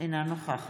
אינו נוכח